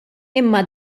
imma